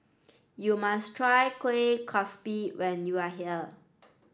you must try Kuih Kasturi when you are here